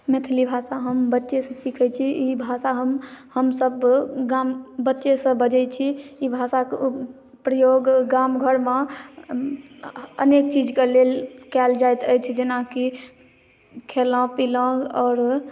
मैथिलि भाषा हम बच्चे सँ सीखै छी ई भाषा हम हमसब गाम बच्चे सँ बजै छी ई भाषाके प्रयोग गाम घर मे अनेक चीज के लेल कयल जाइत अछि जेनाकी खेलहुॅं पिलहुॅं आओर